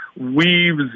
weaves